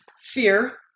fear